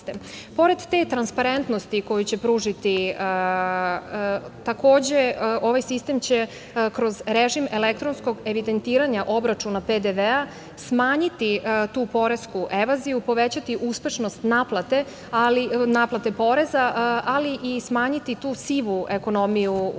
te transparentnosti koju će pružiti, takođe, ovaj sistem će kroz režim elektronskog evidentiranja obračuna PDV-a smanjiti tu poresku evaziju, povećati uspešnost naplate poreza, ali i smanjiti tu sivu ekonomiju u našoj